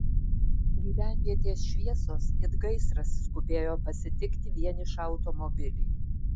gyvenvietės šviesos it gaisras skubėjo pasitikti vienišą automobilį